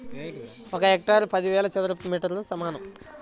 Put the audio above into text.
ఒక హెక్టారు పదివేల చదరపు మీటర్లకు సమానం